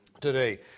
today